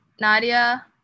Nadia